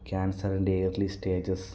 ക്യാൻസറിൻ്റെ early stages